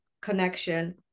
connection